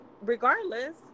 regardless